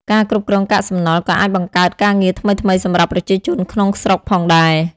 ការគ្រប់គ្រងកាកសំណល់ក៏អាចបង្កើតការងារថ្មីៗសម្រាប់ប្រជាជនក្នុងស្រុកផងដែរ។